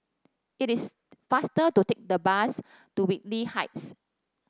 it is faster to take the bus to Whitley Heights